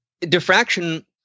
diffraction